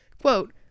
quote